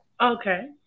Okay